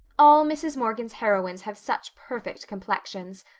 all mrs. morgan's heroines have such perfect complexions.